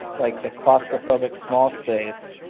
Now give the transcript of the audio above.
like, the claustrophobic small space,